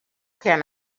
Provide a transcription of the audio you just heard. can